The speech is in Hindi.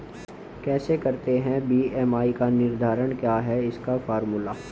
कैसे करते हैं बी.एम.आई का निर्धारण क्या है इसका फॉर्मूला?